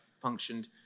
functioned